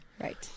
Right